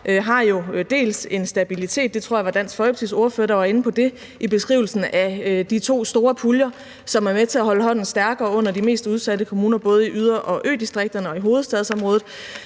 har jo en stabilitet. Jeg tror, det var Dansk Folkepartis ordfører, der var inde på det i beskrivelsen af de to store puljer, som er med til at holde hånden stærkere under de mest udsatte kommuner både i yder- og ø-distrikterne og i hovedstadsområdet,